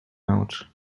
męczy